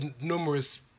numerous